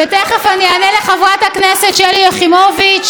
ותכף אני אענה לחברת הכנסת שלי יחימוביץ,